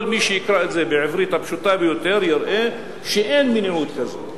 כל מי שיקרא את זה בעברית הפשוטה ביותר יראה שאין מניעות לזה.